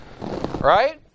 right